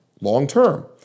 long-term